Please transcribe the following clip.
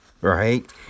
Right